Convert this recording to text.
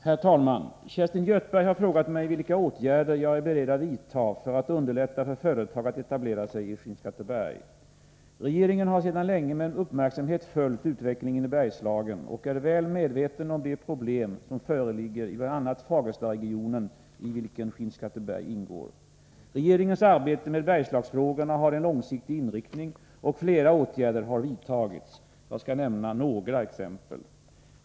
Herr talman! Kerstin Göthberg har frågat mig vilka åtgärder jag är beredd att vidta för att underlätta för företag att etablera sig i Skinnskatteberg. Regeringen har sedan länge med uppmärksamhet följt utvecklingen i Bergslagen och är väl medveten om de problem som föreligger i bl.a. Fagerstaregionen i vilken Skinnskatteberg ingår. Regeringens arbete med Bergslagsfrågorna har en långsiktig inriktning och flera åtgärder har vidtagits. Jag skall nämna några exempel.